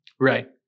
right